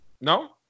No